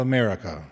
America